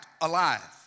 alive